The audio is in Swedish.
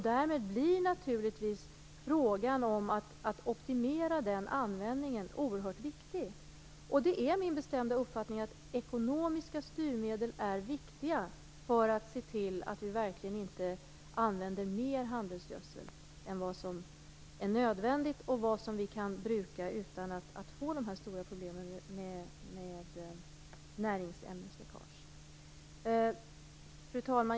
Därmed blir naturligtvis frågan om att optimera den användningen oerhört viktig. Det är min bestämda uppfattning att ekonomiska styrmedel är viktiga för att se till att vi verkligen inte använder mer handelsgödsel än vad som är nödvändigt och att vi kan bruka utan att få de stora problemen med näringsämnesläckage. Fru talman!